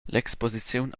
l’exposiziun